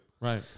right